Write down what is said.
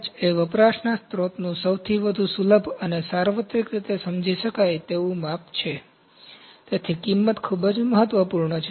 ખર્ચ એ વપરાશના સ્ત્રોતનું સૌથી વધુ સુલભ અને સાર્વત્રિક રીતે સમજી શકાય તેવું માપ છે તેથી કિંમત ખૂબ જ મહત્વપૂર્ણ છે